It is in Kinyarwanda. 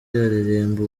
aririmba